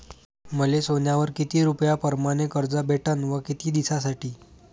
मले सोन्यावर किती रुपया परमाने कर्ज भेटन व किती दिसासाठी?